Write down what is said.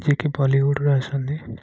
ଯିଏକି ବଲିଉଡ଼ରେ ଅଛନ୍ତି